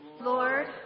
lord